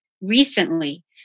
recently